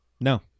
No